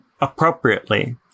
appropriately